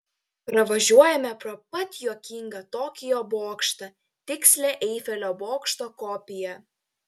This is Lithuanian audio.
pravažiuojame pro pat juokingą tokijo bokštą tikslią eifelio bokšto kopiją